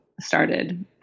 started